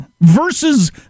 Versus